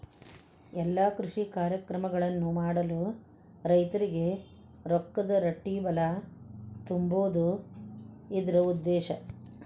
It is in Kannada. ಎಲ್ಲಾ ಕೃಷಿ ಕಾರ್ಯಕ್ರಮಗಳನ್ನು ಮಾಡಲು ರೈತರಿಗೆ ರೊಕ್ಕದ ರಟ್ಟಿಬಲಾ ತುಂಬುದು ಇದ್ರ ಉದ್ದೇಶ